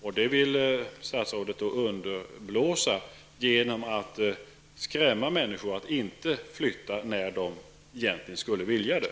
Detta vill statsrådet underblåsa genom att skrämma människor att inte flytta när de egentligen skulle vilja det.